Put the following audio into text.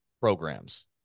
programs